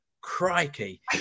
crikey